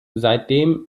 seitdem